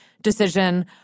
decision